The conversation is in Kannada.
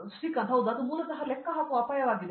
ಶ್ರೀಕಾಂತ್ ಹೌದು ಮತ್ತು ಅದು ಮೂಲತಃ ಲೆಕ್ಕ ಹಾಕುವ ಅಪಾಯವಾಗಿದೆ